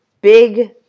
big